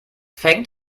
fängt